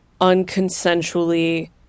unconsensually